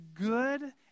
good